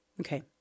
Okay